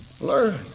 Learn